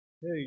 Hey